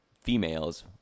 females